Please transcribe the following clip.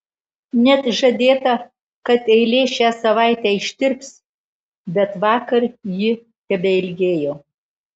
net žadėta kad eilė šią savaitę ištirps bet vakar ji tebeilgėjo